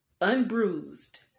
unbruised